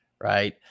right